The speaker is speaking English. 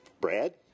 Brad